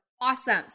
Awesome